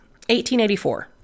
1884